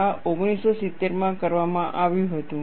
આ 1970 માં કરવામાં આવ્યું હતું